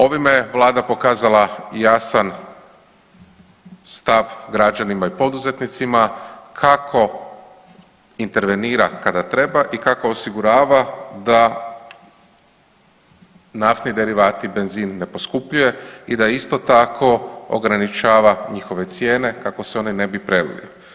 Ovime je vlada pokazala jasan stav građanima i poduzetnicima kako intervenira kada treba i kako osigurava naftni derivati, benzin ne poskupljuje i da isto tako ograničava njihove cijene kako se one bi prelili.